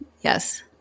Yes